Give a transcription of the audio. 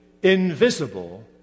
invisible